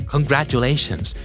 Congratulations